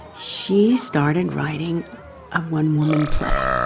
she started writing a one-woman play.